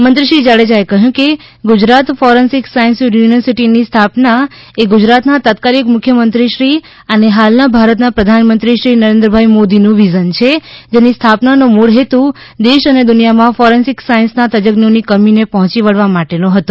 મંત્રીશ્રી જાડેજાએ કહ્યું કે ગુજરાત ફોરન્સીક સાયન્સ યુનીવર્સીટીની સ્થાપના એ ગુજરાતના તત્કાલિક મુખ્યમંત્રીશ્રી અને હાલના ભારતના પ્રધાનમંત્રી શ્રી નરેન્દ્રભાઈ મોદીનું વિઝન છે જેની સ્થાપનાનો મૂળ હેતુ દેશ અને દુનિયામાં ફોરેન્સિક સાયન્સનાં તજજ્ઞોની કમીને પહોંચી વળવા માટેનો હતો